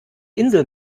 insel